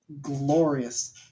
Glorious